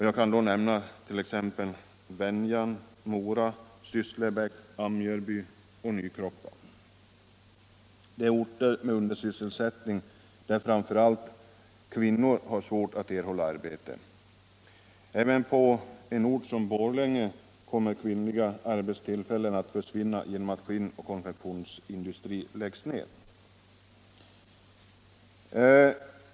Jag kan då nämna Venjan, Mora, Sysslebäck, Ambjörby och Nykroppa. Det är orter med undersysselsättning där framför allt kvinnor har svårt att erhålla arbete. Även på en ort som Borlänge kommer kvinnliga arbetstillfällen att försvinna genom att skinnoch konfektionsindustri läggs ned.